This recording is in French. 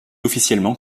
officiellement